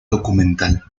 documental